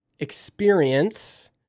experience